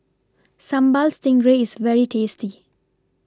Sambal Stingray IS very tasty